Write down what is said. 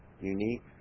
unique